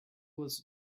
was